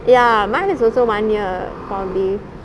ya mine is also one year probably